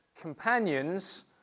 companions